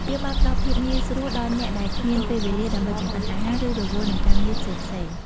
វាបានផ្ដល់ភាពងាយស្រួលដល់អ្នកដែលគ្មានពេលវេលាដើម្បីចម្អិនអាហារ ឬរវល់នឹងការងារផ្សេងៗ។